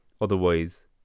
otherwise